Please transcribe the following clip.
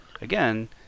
again